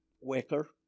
Wicker